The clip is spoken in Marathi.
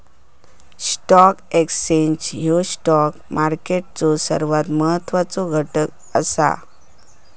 स्टॉक एक्सचेंज ह्यो स्टॉक मार्केटचो सर्वात महत्वाचो घटक असा